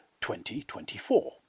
2024